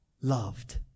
loved